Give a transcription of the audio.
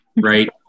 right